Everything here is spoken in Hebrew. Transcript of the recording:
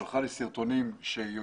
שלחה לי סרטונים וטענה